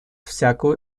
всякую